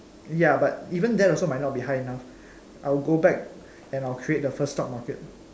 ya but even that also might not be high enough I will go back and I'll create the first stock market